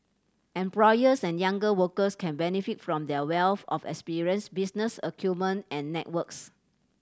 employers and younger workers can benefit from their wealth of experience business acumen and networks